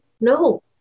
No